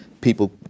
people